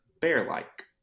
bear-like